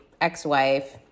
ex-wife